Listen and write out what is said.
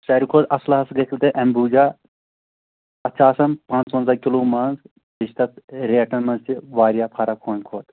ساروی کھۄت اَصٕل حظ گژھِوٕ تۄہہِ اٮ۪مبوٗجا تَتھ چھِ آسان پانٛژھ وَنزاہ کِلوٗ منٛز بیٚیہِ چھِ تَتھ ریٹَن منٛز تہِ واریاہ فرق ہُمۍ کھۄت